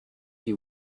you